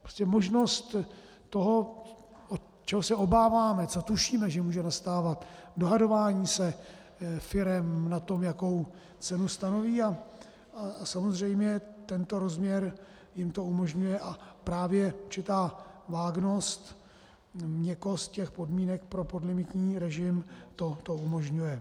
Prostě možnost toho, čeho se obáváme, co tušíme, že může nastávat, dohadování se firem na tom, jakou cenu stanoví, a samozřejmě tento rozměr jim to umožňuje a právě určitá vágnost, měkkost těch podmínek pro podlimitní režim to umožňuje.